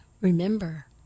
remember